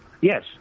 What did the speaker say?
Yes